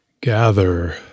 gather